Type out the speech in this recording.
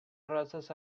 razas